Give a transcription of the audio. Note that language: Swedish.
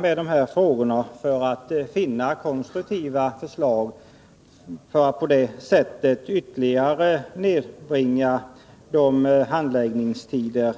med dessa frågor i syfte att finna konstruktiva lösningar för att ytterligare nedbringa handläggningstiderna.